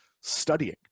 studying